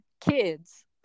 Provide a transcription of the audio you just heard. kids